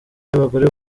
y’abagore